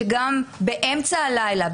שגם באמצע הלילה,